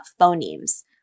phonemes